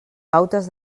pautes